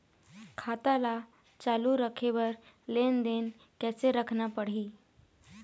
खाता ला चालू रखे बर लेनदेन कैसे रखना पड़ही?